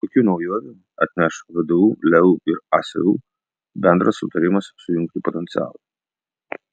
kokių naujovių atneš vdu leu ir asu bendras sutarimas sujungti potencialą